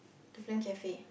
the Flame Cafe